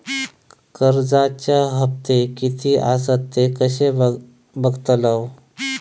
कर्जच्या हप्ते किती आसत ते कसे बगतलव?